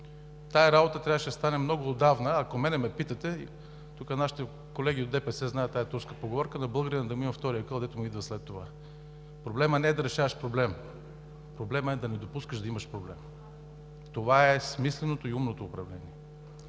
Тази работа трябваше да стане много отдавна. Ако мен ме питате, тук нашите колеги от ДПС знаят тази турска поговорка: „На българина да му имам втория акъл, дето му идва след това.“ Проблемът не е да решаваш проблем, проблемът е да не допускаш да имаш проблем. Това е смисленото и умното управление.